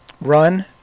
Run